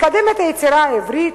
לקדם את היצירה העברית,